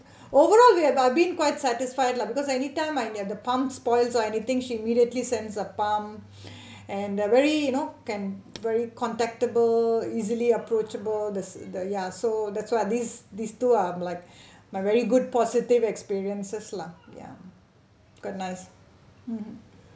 overall we have I been quite satisfied lah because anytime ah ya when the pump spoils or anything she immediately send some pump and ah very you know can very contact~able easily approachable the the ya so that's why these these two are like my very good positive experiences lah ya quite nice